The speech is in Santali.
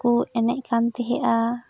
ᱠᱚ ᱮᱱᱮᱡ ᱠᱟᱱ ᱛᱟᱦᱮᱸᱫᱼᱟ